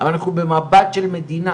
אבל אנחנו במבט של מדינה,